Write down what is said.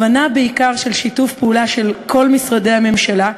הבנה בעיקר של שיתוף פעולה של כל משרדי הממשלה,